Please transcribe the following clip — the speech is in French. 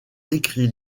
écrit